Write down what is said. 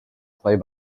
play